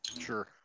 Sure